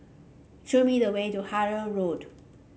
show me the way to Harlyn Road